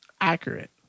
accurate